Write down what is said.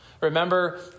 Remember